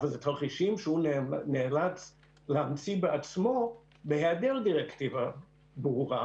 אבל אלה תרחישים שהוא נאלץ להמציא בעצמו בהיעדר דירקטיבה ברורה